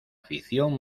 afición